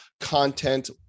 content